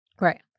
Right